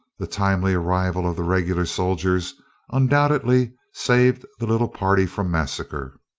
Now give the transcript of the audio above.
the timely arrival of the regular soldiers undoubtedly saved the little party from massacre.